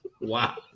Wow